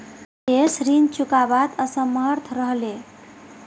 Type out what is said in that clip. राजेश ऋण चुकव्वात असमर्थ रह ले